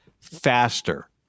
faster